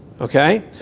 okay